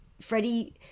Freddie